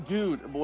Dude